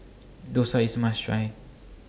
Dosa IS A must Try